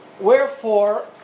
wherefore